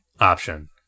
option